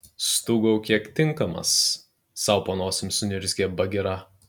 stūgauk kiek tinkamas sau po nosimi suniurzgė bagira